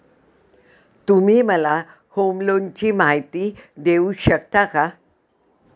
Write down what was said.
तुम्ही मला होम लोनची माहिती देऊ शकता का?